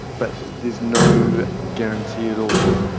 but there is no guarantee at all,